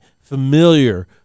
familiar